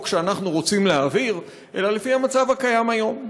שאנחנו רוצים להעביר אלא לפי המצב הקיים היום.